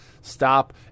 stop